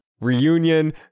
Reunion